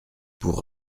pour